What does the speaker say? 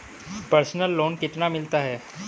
Personal loan कितना मिलता है?